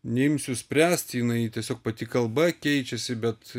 neimsiu spręst jinai tiesiog pati kalba keičiasi bet